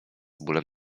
bólem